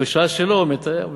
ובשעה שלא, מתאר ורואה.